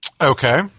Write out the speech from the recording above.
Okay